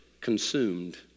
consumed